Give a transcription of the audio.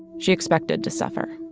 she expected to suffer